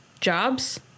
jobs